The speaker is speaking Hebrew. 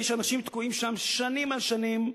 ויש אנשים שתקועים שם שנים על שנים,